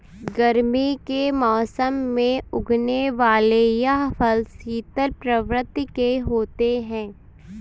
गर्मी के मौसम में उगने वाले यह फल शीतल प्रवृत्ति के होते हैं